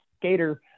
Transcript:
skater